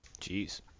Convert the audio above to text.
Jeez